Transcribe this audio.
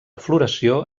floració